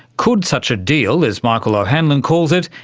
could such a deal, as michael o'hanlon calls it,